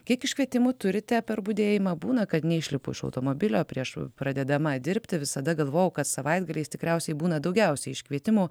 kiek iškvietimų turite per budėjimą būna kad neišlipu iš automobilio prieš pradėdama dirbti visada galvojau kad savaitgaliais tikriausiai būna daugiausia iškvietimų